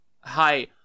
Hi